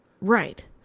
Right